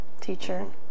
teacher